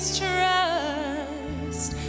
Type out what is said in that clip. trust